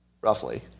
roughly